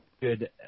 good